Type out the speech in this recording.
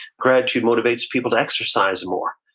gratitude motivates people to exercise more.